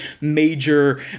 major